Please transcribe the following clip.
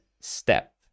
step